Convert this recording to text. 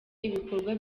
ibikorwa